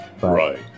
Right